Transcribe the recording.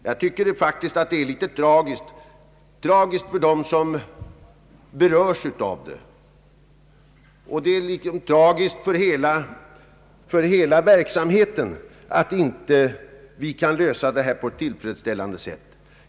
Jag tycker faktiskt att det är litet tragiskt för dem som berörs av det och för hela verksamheten att vi inte kan lösa detta problem på ett tillfredsställande sätt.